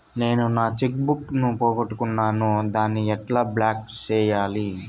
నేను నా cheque book ను పోగొట్టుకున్నాను దాన్ని ఎట్లా బ్లాక్ సేయాలి?